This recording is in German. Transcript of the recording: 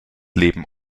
leben